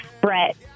Brett